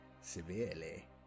severely